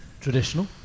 Traditional